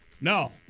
No